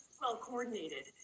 well-coordinated